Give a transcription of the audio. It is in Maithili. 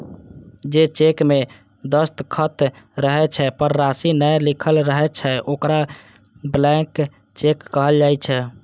जे चेक मे दस्तखत रहै छै, पर राशि नै लिखल रहै छै, ओकरा ब्लैंक चेक कहल जाइ छै